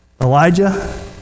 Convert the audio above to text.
Elijah